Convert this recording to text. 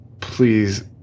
please